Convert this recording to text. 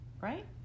right